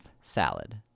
salad